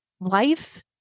life